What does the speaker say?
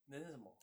then 是什么